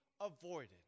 avoided